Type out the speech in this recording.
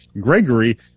Gregory